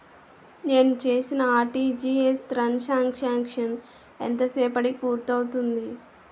నేను చేసిన RTGS transaction ఎంత సేపటికి పూర్తి అవుతుంది?